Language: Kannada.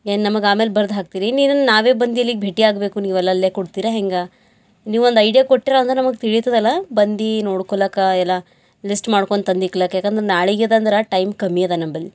ಏನು ನಮಗ ಆಮೇಲೆ ಬರ್ದು ಹಾಕ್ತೀರಿ ನೀನ ನಾವೇ ಬಂದಿಲ್ಲಿಗ ಭೇಟಿಯಾಗಬೇಕು ನೀವು ಅಲ್ಲಲ್ಲೇ ಕೊಡ್ತೀರಾ ಹೆಂಗೆ ನೀವೊಂದು ಐಡ್ಯಾ ಕೊಟ್ಟಿರಂದ್ರ ನಮಗ ತಿಳೀತದಲ ಬಂದೀ ನೋಡ್ಕೊಳಾಕ ಎಲ್ಲ ಲಿಸ್ಟ್ ಮಾಡ್ಕೊಂಡು ತಂದಿಕ್ಲಕ ಯಾಕಂದ್ರ ನಾಳಿಗ್ಯದ ಅಂದ್ರೆ ಟೈಮ್ ಕಮ್ಮಿ ಅದ ನಂಬಲ್ಲಿ